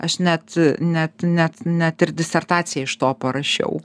aš net net net net ir disertaciją iš to parašiau kaip jinai vadinasi